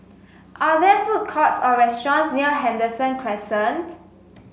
are there food courts or restaurants near Henderson Crescent